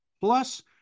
plus